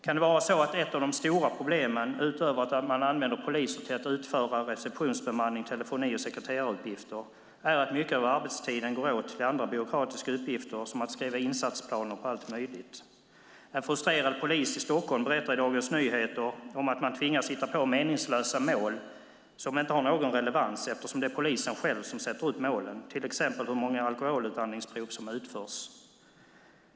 Kan det vara så att ett av de stora problemen, utöver att man använder poliser till att utföra receptionsbemanning, telefoni och sekreteraruppgifter, är att mycket av arbetstiden går åt till andra byråkratiska uppgifter som att skriva insatsplaner på allt möjligt? En frustrerad polis i Stockholm berättar i Dagens Nyheter att man tvingas hitta på meningslösa mål som inte har någon relevans eftersom det är polisen själv som sätter upp målen. Det kan till exempel handla om hur många alkoholutandningsprov som utförs.